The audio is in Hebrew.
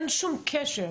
שום קשר.